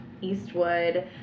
Eastwood